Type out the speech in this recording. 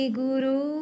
guru